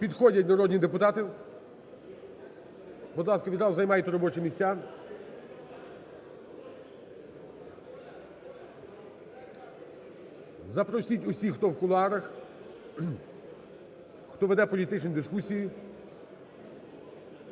Підходять народні депутати. Будь ласка, відразу займайте робочі місця. Запросіть усіх, хто в кулуарах, хто веде політичні дискусії.